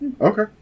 Okay